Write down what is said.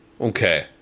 Okay